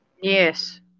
Yes